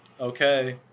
okay